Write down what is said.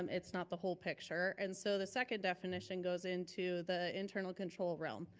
um it's not the whole picture. and so the second definition goes into the internal control realm,